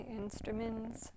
instruments